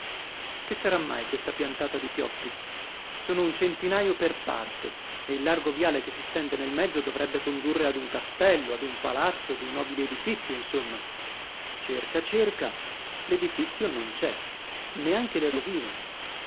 che sarà mai questa piantata di pioppi sono un centinaio per parte e il largo viale che si stende nel mezzo dovrebbe condurre ad un castello ad un palazzo ad un nobile edifizio insomma cerca cerca l'edifizio non c'è neanche le rovine